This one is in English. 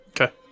Okay